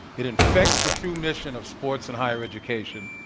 it infects the true mission of sports and higher education,